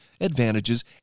advantages